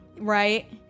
right